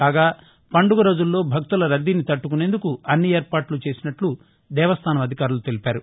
కాగా పందుగ రోజుల్లో భక్తుల రద్దీని తట్లకునేందుకు అన్ని ఏర్పాట్లు చేసినట్లు దేవస్థానం అధికారులు తెలిపారు